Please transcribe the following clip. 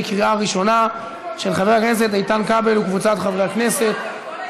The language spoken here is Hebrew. של חבר הכנסת איתן כבל וקבוצת חברי הכנסת,